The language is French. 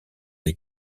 les